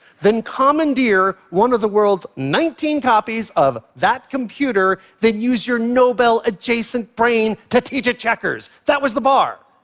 then commandeer one of the world's nineteen copies of that computer, then used your nobel-adjacent brain to teach it checkers. that was the bar.